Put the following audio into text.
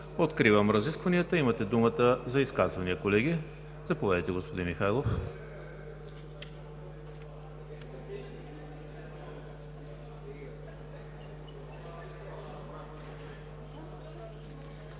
Откривам разискванията. Колеги, имате думата за изказвания. Заповядайте, господин Михайлов.